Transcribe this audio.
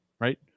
right